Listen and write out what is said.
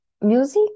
music